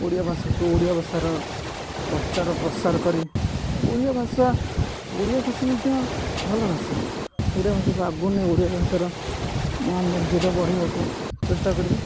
ଓଡ଼ିଆ ଭାଷାକୁ ଓଡ଼ିଆ ଭାଷାର ପ୍ରଚାର ପ୍ରସାର କରି ଓଡ଼ିଆ ଭାଷା ଓଡ଼ିଆ ଭାଷା ମଧ୍ୟ ଭଲ ଭାଷା ଓଡ଼ିଆ ଭାଷାକୁ ଆଗକୁ ନେଇ ଓଡ଼ିଆ ଭାଷାର ମାନ ମର୍ଯ୍ୟାଦା ବଢ଼େଇବାକୁ ଚେଷ୍ଟା କରିବେ